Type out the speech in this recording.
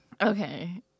Okay